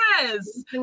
yes